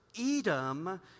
Edom